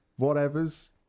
whatevers